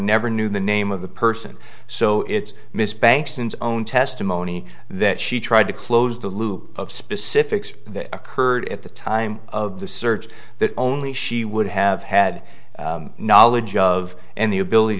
never knew the name of the person so it's miss banks and own testimony that she tried to close the loop of specifics that occurred at the time of the search that only she would have had knowledge of and the ability